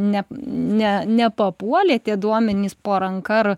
ne ne nepapuolė tie duomenys po ranka ar